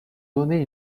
donné